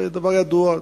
זה כמובן דבר ידוע,